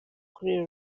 kuri